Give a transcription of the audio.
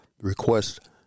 request